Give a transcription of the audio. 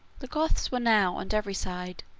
the goths were now, on every side,